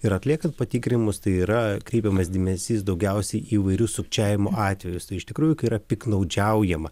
ir atliekant patikrinimus tai yra kreipiamas dėmesys daugiausiai į įvairius sukčiavimo atvejus tai iš tikrųjų kai yra piktnaudžiaujama